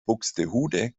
buxtehude